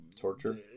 Torture